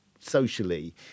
socially